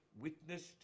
witnessed